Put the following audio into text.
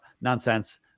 nonsense